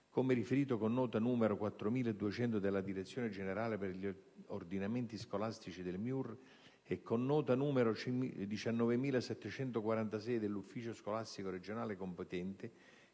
come riferito con nota n. 4200 della direzione generale per gli ordinamenti scolastici del MIUR e con nota n. 19746 dell'ufficio scolastico regionale competente,